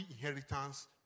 inheritance